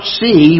see